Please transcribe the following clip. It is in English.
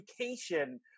education